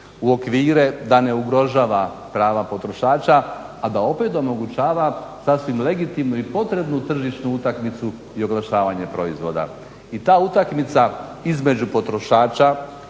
u okvire da ne ugrožava prava potrošača, a da opet omogućava sasvim legitimnu i potrebnu tržišnu utakmicu i oglašavanja proizvoda. I ta utakmica između potrošača,